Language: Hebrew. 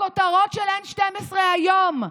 בכותרות שלהם: 12 היום.